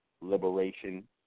liberation